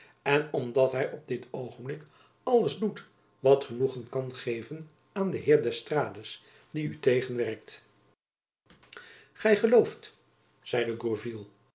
en omdat hy op dit oogenblik alles doet wat genoegen kan geven aan den heer d'estrades die u tegenwerkt gy gelooft